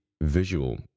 visual